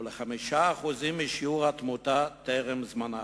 ול-5% משיעור התמותה טרם זמנה.